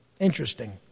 Interesting